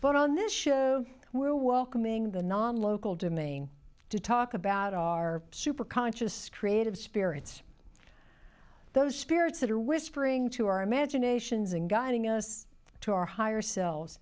but on this show we're welcoming the non local doming to talk about our super conscious creative spirits those spirits that are whispering to our imaginations and guiding us to our higher sel